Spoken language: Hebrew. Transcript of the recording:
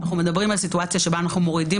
בעצם אנחנו מדברים פה על סיטואציה שבה אנחנו מורידים